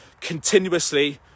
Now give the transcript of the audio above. continuously